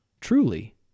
truly